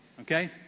okay